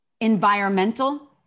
environmental